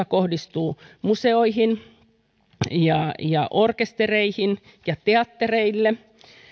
kohdistuu museoihin ja ja orkestereihin ja teattereihin